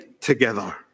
together